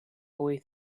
boy